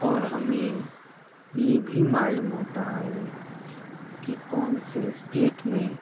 اور ہمیں یہ بھی معلوم ہوتا ہے کہ کون سے اسٹیٹ میں